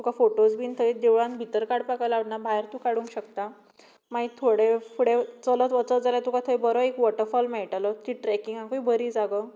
तुका फोटोज बीन थंय देवळान भितर काडपाक अलावड ना भायर तूं काडूंक शकता मागीर थोडे फुडें चलत वचत जाल्यार तुका थंय बरो एक वॉटफॉल मेळटलो ती ट्रकिंगाकूय बरी जागो